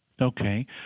Okay